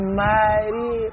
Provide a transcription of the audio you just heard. mighty